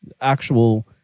actual